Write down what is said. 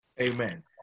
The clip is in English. Amen